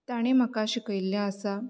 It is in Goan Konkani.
तांणें म्हाका शिकयल्लें आसा